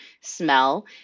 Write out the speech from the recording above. smell